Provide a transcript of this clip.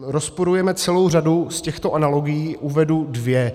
Rozporujeme celou řadu z těchto analogií, uvedu dvě.